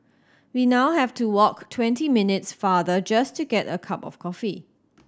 we now have to walk twenty minutes farther just to get a cup of coffee